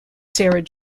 sarah